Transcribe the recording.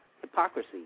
hypocrisy